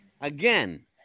Again